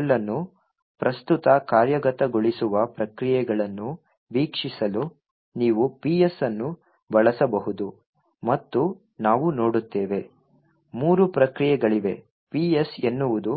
ಈ ಶೆಲ್ ಅನ್ನು ಪ್ರಸ್ತುತ ಕಾರ್ಯಗತಗೊಳಿಸುವ ಪ್ರಕ್ರಿಯೆಗಳನ್ನು ವೀಕ್ಷಿಸಲು ನೀವು ps ಅನ್ನು ಬಳಸಬಹುದು ಮತ್ತು ನಾವು ನೋಡುತ್ತೇವೆ ಮೂರು ಪ್ರಕ್ರಿಯೆಗಳಿವೆ ps ಎನ್ನುವುದು